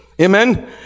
amen